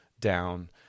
down